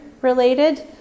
related